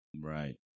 Right